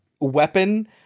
weapon